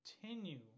continue